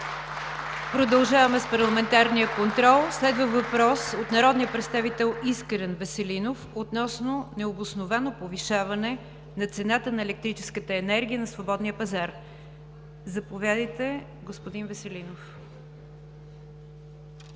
Продължаваме с парламентарния контрол. Следва въпрос от народния представител Искрен Веселинов относно необосновано повишаване на цената на електрическата енергия на свободния пазар. Заповядайте, господин Веселинов.